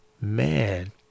man